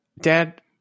dad